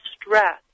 stress